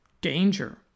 danger